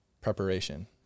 preparation